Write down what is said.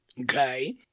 Okay